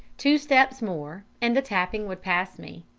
two steps more and the tapping would pass me.